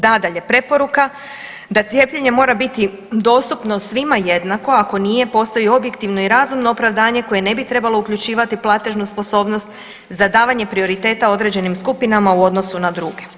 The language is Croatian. Nadalje, preporuka da cijepljenje mora biti dostupno svima jednako, ako nije, postoji objektivno i razumno opravdanje koje ne bi trebalo uključivati platežnu sposobnost za davanje prioriteta određenim skupinama u odnosu na druge.